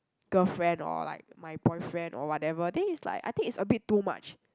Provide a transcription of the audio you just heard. girlfriend or like my boyfriend or whatever then is like I think it's a bit too much